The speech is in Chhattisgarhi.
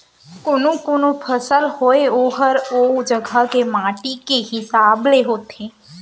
कोनों फसल होय ओहर ओ जघा के माटी के हिसाब ले होथे